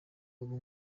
ubu